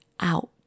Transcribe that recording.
out